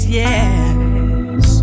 yes